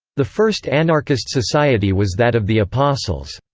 the first anarchist society was that of the apostles.